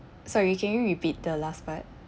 sorry can you repeat the last part